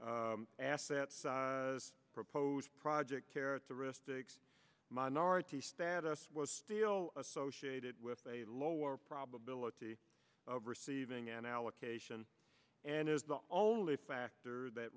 e assets proposed project characteristics minority status was still associated with a lower probability of receiving an allocation and is the only factor that